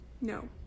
no